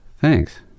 Thanks